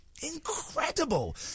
Incredible